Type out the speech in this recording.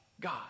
God